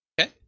Okay